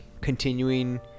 continuing